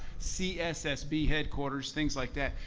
cssb headquarters, things like that.